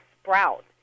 sprout